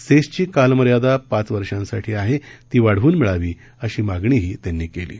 सेसची कालमर्यादा पाच वर्षांसाठी आहे ती वाढवून मिळावी अशी मागणीही त्यांनी केली आहे